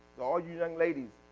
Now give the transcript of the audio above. all you young ladies,